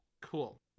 Cool